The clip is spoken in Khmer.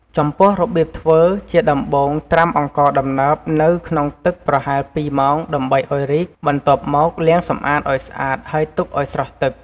ចំពោះរបៀបធ្វើ ជាដំបូង ត្រាំអង្ករដំណើបនៅក្នុងទឹកប្រហែល ២ម៉ោងដើម្បីឱ្យរីក បន្ទាប់មកលាងសម្អាតឱ្យស្អាតហើយទុកឱ្យស្រស់ទឹក។